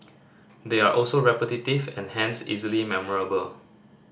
they are also repetitive and hence easily memorable